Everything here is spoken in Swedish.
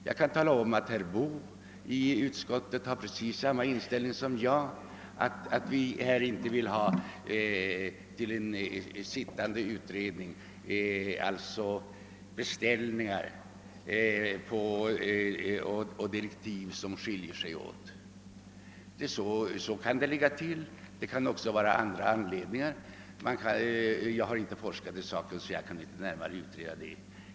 Jag kan tala om att herr Boo i utskottet deklarerat precis samma inställning som jag, alltså att det inte bör göras beställningar hos eller ges direktiv till den sittande utredningen vilka skiljer sig åt, varefter herr Boo avstått från att reservera sig. Det kan också vara andra anledningar — jag har som sagt inte forskat i saken.